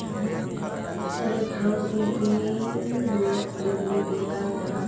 एलेक्ट्रोफिशिंगोत बीजली दियाल जाहा